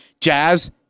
Jazz